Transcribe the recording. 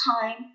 time